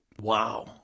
wow